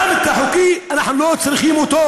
החוקי, אנחנו לא צריכים אותו.